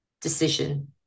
decision